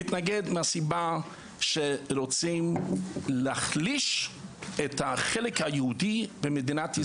הוא מתנגד מהסיבה שרוצים להחליש את החלק היהודי במדינת ישראל.